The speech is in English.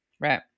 Right